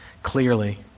Clearly